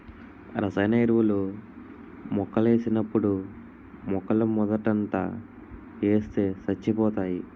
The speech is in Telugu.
రసాయన ఎరువులు మొక్కలకేసినప్పుడు మొక్కలమోదంట ఏస్తే సచ్చిపోతాయి